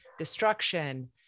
destruction